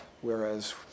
Whereas